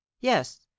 yes